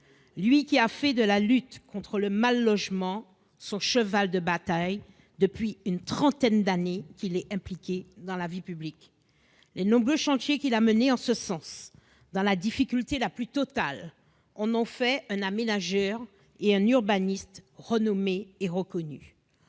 lui qui a fait de la lutte contre le mal-logement son cheval de bataille depuis trente ans qu'il est impliqué dans la vie publique. Les nombreux chantiers qu'il a menés en ce sens dans la difficulté la plus totale en ont fait un aménageur et un urbaniste renommé et reconnu.